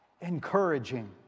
encouraging